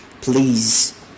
please